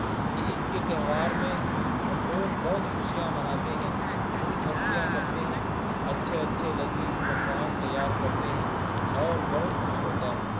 اس عید کے تہوار میں ہم لوگ بہت خوشیاں مناتے ہیں خوب مستیاں کرتے ہیں اچھے اچھے لذیذ پکوان تیار کرتے ہیں اور بہت کچھ ہوتا ہے